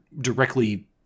directly